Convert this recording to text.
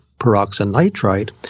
peroxynitrite